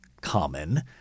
common